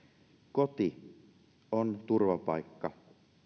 koti on turvapaikka